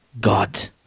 God